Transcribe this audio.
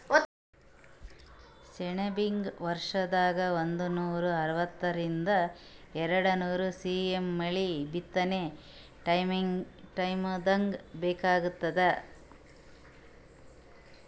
ಸೆಣಬಿಗ ವರ್ಷದಾಗ್ ಒಂದನೂರಾ ಅರವತ್ತರಿಂದ್ ಎರಡ್ನೂರ್ ಸಿ.ಎಮ್ ಮಳಿ ಬಿತ್ತನೆ ಟೈಮ್ದಾಗ್ ಬೇಕಾತ್ತದ